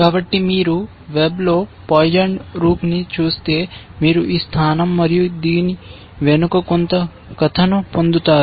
కాబట్టి మీరు వెబ్లో పాయిజన్ రూక్ని చూస్తే మీరు ఈ స్థానం మరియు దీని వెనుక కొంత కథను పొందుతారు